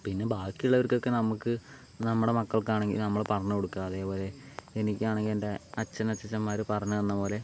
പിന്നെ ബാക്കി ഉള്ളവർക്കൊക്കെ നമുക്ക് നമ്മുടെ മക്കൾക്ക് ആണെങ്കിൽ നമ്മൾ പറഞ്ഞ് കൊടുക്കുക അതേപോലെ എനിക്കാണെങ്കിൽ എൻ്റെ അച്ഛൻ അച്ഛച്ചൻമാർ പറഞ്ഞുതന്ന പോലെ